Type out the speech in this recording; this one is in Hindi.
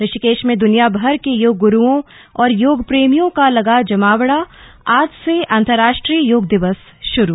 ऋषिकेश में दुनियाभर के योग गुरुओं और योग प्रेमियों का लगा जमावड़ाआज से अंतरराष्ट्रीय योग दिवस शुरू